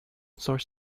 source